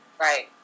Right